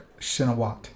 Shinawat